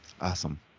Awesome